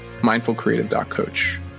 mindfulcreative.coach